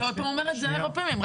אתה כל פעם אומר את זה הרבה פעמים.